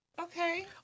Okay